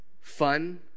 fun